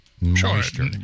moisture